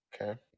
Okay